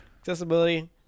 Accessibility